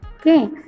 okay